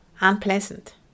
unpleasant